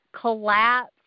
collapse